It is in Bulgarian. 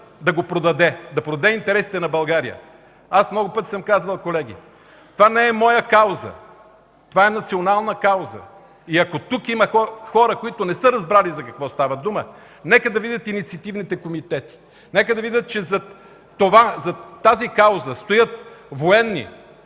да го продаде, да продаде интересите на България. Аз много пъти съм казвал, колеги, това не е моя кауза. Това е национална кауза. И ако тук има хора, които не са разбрали за какво става дума, нека да видят инициативните комитети, нека да видят, че зад тази кауза стоят военни,